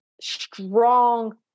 strong